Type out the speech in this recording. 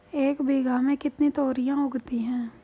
एक बीघा में कितनी तोरियां उगती हैं?